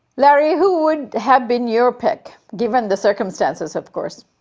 larry, who would have been your pick? given the circumstances, of course.